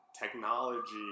technology